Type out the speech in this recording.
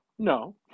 no